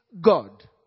God